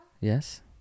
Yes